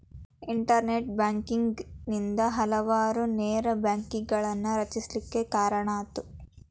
internet banking ನಿಂದಾ ಹಲವಾರು ನೇರ ಬ್ಯಾಂಕ್ಗಳನ್ನ ರಚಿಸ್ಲಿಕ್ಕೆ ಕಾರಣಾತು